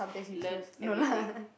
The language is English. learn everything